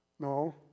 No